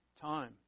time